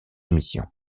mission